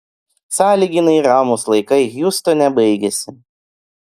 sąlyginai ramūs laikai hjustone baigėsi